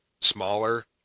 smaller